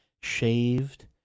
shaved